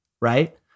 right